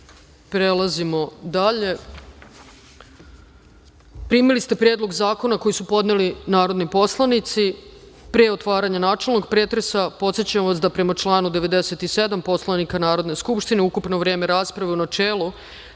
za. Prelazimo dalje. Primili ste Predlog zakona koji su podneli narodni poslanici. Pre otvaranja načelnog pretresa, podsećam vas da prema članu 97. Poslovnika Narodne skupštine ukupno vreme rasprave u načelu